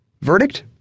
Verdict